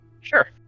Sure